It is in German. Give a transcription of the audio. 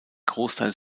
großteil